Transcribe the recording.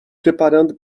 preparando